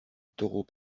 taureau